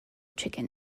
chicken